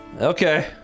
Okay